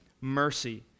mercy